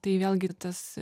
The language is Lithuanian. tai vėlgi ir tas